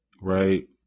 right